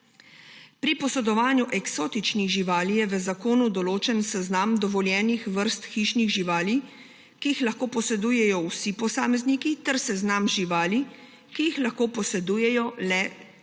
Pri posedovanju eksotičnih živali je v zakonu določen seznam dovoljenih vrst hišnih živali, ki jih lahko posedujejo vsi posamezniki, ter seznam živali, ki jih lahko posedujejo le živalski